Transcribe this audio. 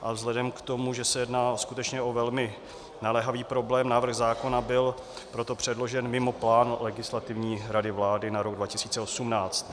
A vzhledem k tomu, že se jedná skutečně o velmi naléhavý problém, návrh zákona byl proto předložen mimo plán Legislativní rady vlády na rok 2018.